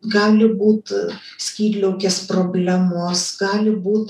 gali būt skydliaukės problemos gali būt